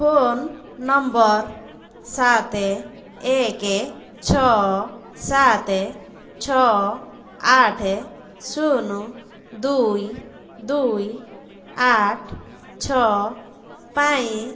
phone number ସାତ ଏକ ଛଅ ସାତ ଛଅ ଆଠ ଶୁନ ଦୁଇ ଦୁଇ ଆଠ ଛଅ ପାଇଁ